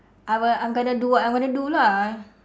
I will I'm gonna do what I'm wanna do lah